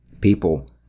people